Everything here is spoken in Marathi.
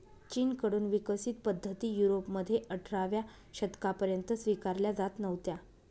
चीन कडून विकसित पद्धती युरोपमध्ये अठराव्या शतकापर्यंत स्वीकारल्या जात नव्हत्या